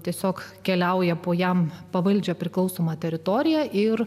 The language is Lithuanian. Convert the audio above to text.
tiesiog keliauja po jam pavaldžią priklausomą teritoriją ir